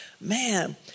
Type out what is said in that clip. man